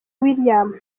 william